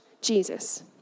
Jesus